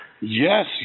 Yes